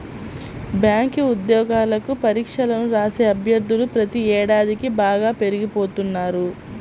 bank ఉద్యోగాలకు పరీక్షలను రాసే అభ్యర్థులు ప్రతి ఏడాదికీ బాగా పెరిగిపోతున్నారు